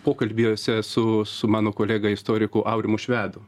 pokalbiuose su su mano kolega istoriku aurimu švedu